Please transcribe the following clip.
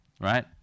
Right